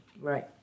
Right